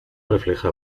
refleja